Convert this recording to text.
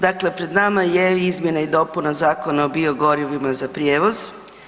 Dakle, pred nama je izmjene i dopune Zakona o biogorivima za prijevoz.